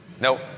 Nope